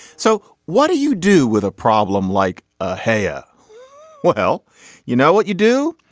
so what do you do with a problem like ah hey ah well you know what you do.